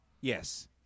Yes